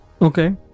Okay